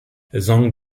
zhang